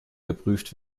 geprüft